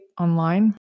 online